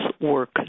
work